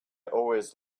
always